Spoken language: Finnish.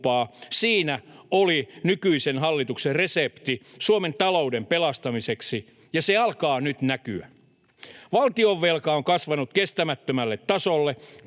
siinä oli nykyisen hallituksen resepti Suomen talouden pelastamiseksi, ja se alkaa nyt näkyä. Valtionvelka on kasvanut kestämättömälle tasolle.